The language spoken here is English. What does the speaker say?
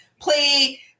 play